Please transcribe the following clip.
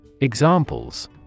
Examples